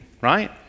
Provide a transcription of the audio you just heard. right